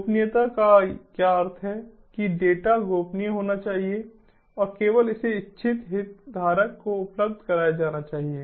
गोपनीयता का क्या अर्थ है कि डेटा गोपनीय होना चाहिए और केवल इसे इच्छित हितधारक को उपलब्ध कराया जाना चाहिए